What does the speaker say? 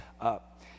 up